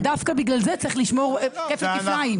אבל דווקא בגלל זה צריך לשמור עליהם כפל כפליים.